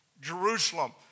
Jerusalem